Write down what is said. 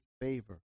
favor